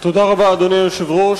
תודה רבה, אדוני היושב-ראש.